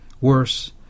Worse